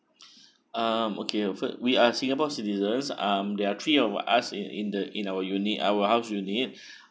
um okay of course we are singapore citizens um they're three of us in in the in our unit our house unit